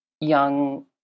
young